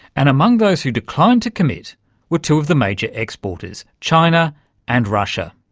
and among those who declined to commit were two of the major exporters china and russia.